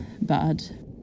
bad